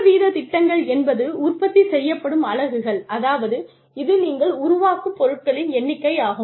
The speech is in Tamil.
துண்டு வீதத் திட்டங்கள் என்பது உற்பத்தி செய்யப்படும் அலகுகள் அதாவது இது நீங்கள் உருவாக்கும் பொருட்களின் எண்ணிக்கை ஆகும்